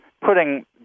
putting